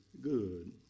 good